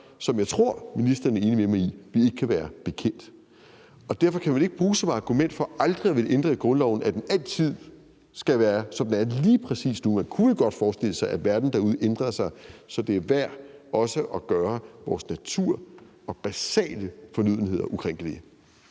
som jeg tror at ministeren er enig med mig i vi ikke kan være bekendt. Derfor kan man ikke bruge som argument for aldrig at ville ændre i grundloven, at den altid skal være, som den er lige præcis nu. Man kunne vel godt forestille sig, at verden derude ændrer sig. Så det er også værd at gøre vores natur og basale fornødenheder ukrænkelige.